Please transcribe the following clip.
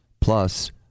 Plus